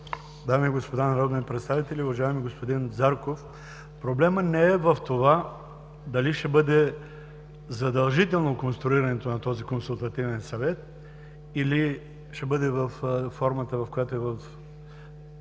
Дами и господа народни представители, уважаеми господин Зарков! Проблемът не е в това дали ще бъде задължително конструирането на такъв Консултативен съвет, или ще бъде в правната възможност,